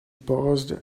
paused